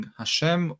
Hashem